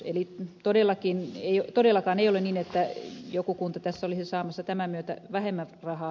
eli todellakaan ei ole niin että joku kunta tässä olisi saamassa tämän myötä vähemmän rahaa